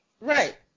Right